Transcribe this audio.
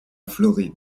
floride